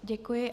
Děkuji.